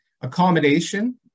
Accommodation